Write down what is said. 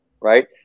right